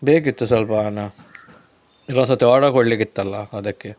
ಬೇಕಿತ್ತು ಸ್ವಲ್ಪ ಹಣ ಇನ್ನೊಂದ್ಸರ್ತಿ ಆರ್ಡರ್ ಕೊಡ್ಲಿಕ್ಕೆ ಇತ್ತಲ್ಲ ಅದಕ್ಕೆ